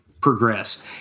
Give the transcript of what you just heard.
Progress